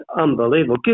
unbelievable